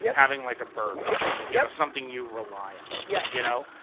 yeah having like a burger yep. something you rely on. yeah you know